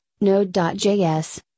Node.js